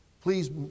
Please